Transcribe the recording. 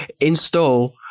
install